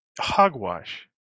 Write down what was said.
hogwash